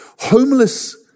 Homeless